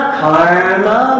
karma